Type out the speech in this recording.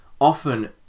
often